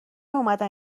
اومدن